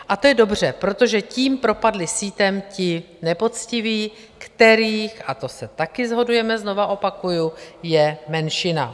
A to je dobře, protože tím propadli sítem ti nepoctiví, kterých, a to se taky shodujeme, znovu opakuji, je menšina.